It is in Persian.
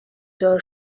دار